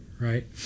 right